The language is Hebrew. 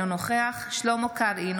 אינו נוכח שלמה קרעי,